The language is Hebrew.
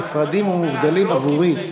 נפרדים ומובדלים עבורי.